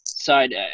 side